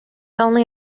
only